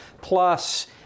plus